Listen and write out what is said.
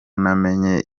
namenye